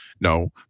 no